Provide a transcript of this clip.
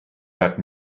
werd